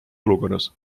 olukorras